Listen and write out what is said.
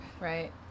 right